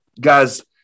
Guys